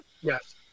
Yes